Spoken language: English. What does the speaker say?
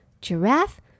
Giraffe